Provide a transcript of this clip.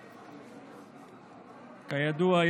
כידוע,